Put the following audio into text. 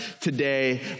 today